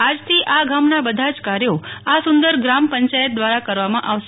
આજથી આ ગામના બધા જ કાર્યો આ સુંદર ગ્રામ પંચાયત દ્વારા કરવામાં આવશે